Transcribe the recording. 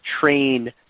train